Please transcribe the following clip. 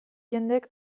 jendek